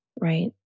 right